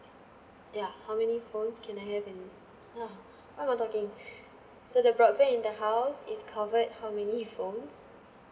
ya how many phones can I have and ah what am I talking so the broadband in the house is covered how many phones